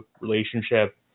relationship